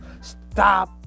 Stop